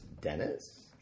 Dennis